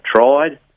tried